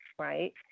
right